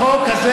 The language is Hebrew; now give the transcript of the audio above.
החוק הזה